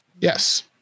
Yes